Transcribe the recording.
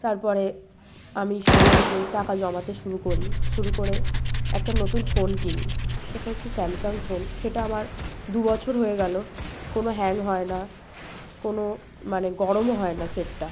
তার পরে আমি সেই অনুযায়ী টাকা জমাতে শুরু করি শুরু করে একটা নতুন ফোন কিনি সেটা হচ্ছে স্যামসাং ফোন সেটা আমার দুবছর হয়ে গেলো কোনো হ্যাং হয় না কোনো মানে গরমও হয় না সেটটা